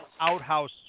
Outhouse